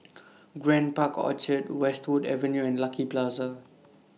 Grand Park Orchard Westwood Avenue and Lucky Plaza